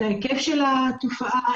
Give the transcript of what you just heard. את ההיקף של התופעה,